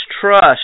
trust